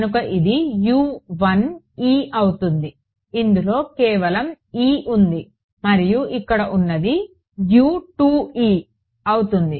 కనుక ఇది ఆవుతుంది ఇందులో కేవలం e ఉంది మరియు ఇక్కడ ఉన్నది అవుతుంది